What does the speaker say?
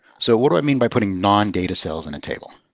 so what do i mean by putting non-data cells in a table?